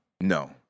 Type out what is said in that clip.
No